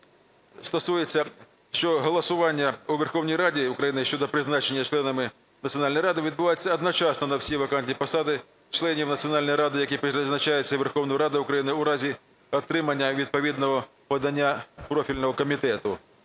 що голосування у Верховній Раді України щодо призначення членами Національної ради відбувається одночасно на всі вакантні посади членів Національної ради, які призначаються Верховною Радою України в разі отримання відповідного подання профільного комітету.